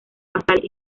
basales